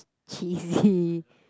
cheesy